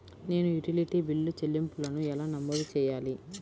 నేను utility bill చెల్లింపులను ఎలా నమోదు చేయాలి?